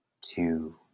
two